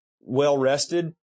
well-rested